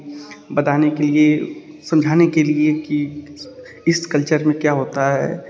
बताने के लिए समझाने के लिए कि इस कल्चर में क्या होता है